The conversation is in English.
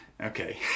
Okay